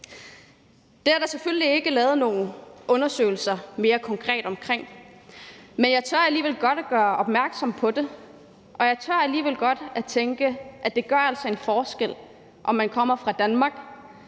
Det er der selvfølgelig ikke lavet nogen undersøgelser af mere konkret, men jeg tør alligevel godt gøre opmærksom på det, og jeg tør alligevel godt at tænke, at det altså gør en forskel, om man kommer fra Danmark,